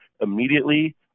immediately